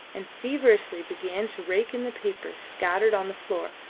and feverishly began to rake in the papers scattered on the floor,